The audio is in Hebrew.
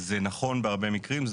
זה נכון בהרבה מקרים,